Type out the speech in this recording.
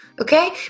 Okay